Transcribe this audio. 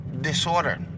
disorder